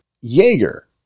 Jaeger